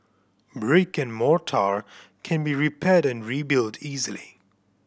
brick and mortar can be repaired and rebuilt easily